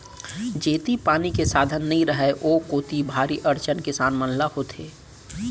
जेती पानी के साधन नइ रहय ओ कोती भारी अड़चन किसान मन ल होथे